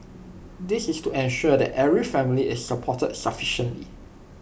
this is to ensure that every family is supported sufficiently